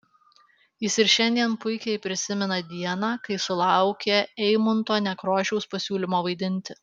jis ir šiandien puikiai prisimena dieną kai sulaukė eimunto nekrošiaus pasiūlymo vaidinti